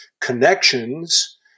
connections